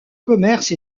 commerce